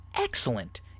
excellent